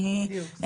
בדיוק.